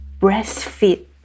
breastfeed